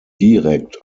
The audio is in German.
direkt